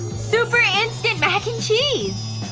super instant mac'n'cheese!